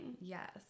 yes